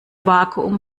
vakuum